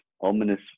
ominous